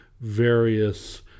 various